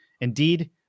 Indeed